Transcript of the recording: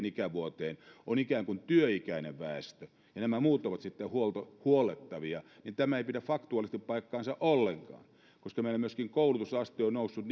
ikävuoteen on ikään kuin työikäinen väestö ja nämä muut ovat sitten huollettavia ei pidä faktuaalisesti paikkaansa ollenkaan koska meillä myöskin koulutusaste on noussut